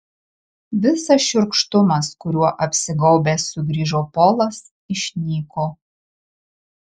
visas šiurkštumas kuriuo apsigaubęs sugrįžo polas išnyko